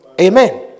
Amen